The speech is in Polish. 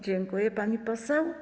Dziękuję, pani poseł.